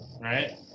right